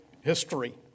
history